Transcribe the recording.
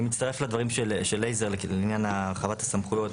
אני מצטרף לדברים של לייזר לעניין הרחבת הסמכויות.